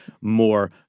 more